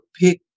pick